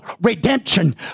redemption